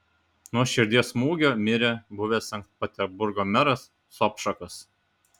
nuo širdies smūgio mirė buvęs sankt peterburgo meras sobčakas